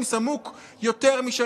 יוראי, נא